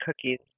cookies